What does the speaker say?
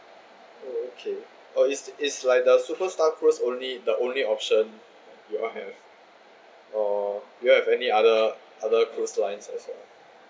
oh okay uh is is like the superstar cruise only the only option you all have or you all have any other other cruise lines also